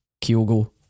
Kyogo